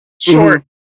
short